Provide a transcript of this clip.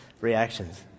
reactions